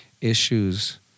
issues